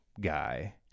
guy